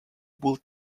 would